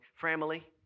family